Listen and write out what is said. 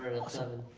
awesome.